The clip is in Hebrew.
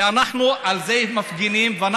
ואנחנו על זה מפגינים.